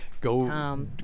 go